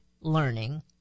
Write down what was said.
learning